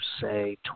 say